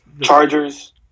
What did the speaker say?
Chargers